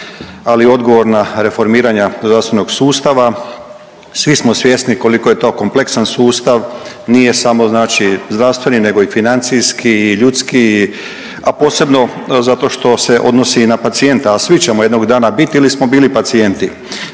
ali odgovorna reformiranja zdravstvenog sustava. Svi smo svjesni koliko je to kompleksan sustav, nije samo, znači, zdravstveni, nego i financijski i ljudski, a posebno zato što se odnosi i na pacijenta, a svi ćemo jednog dana biti ili smo bili pacijenti.